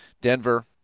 Denver